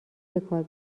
بکار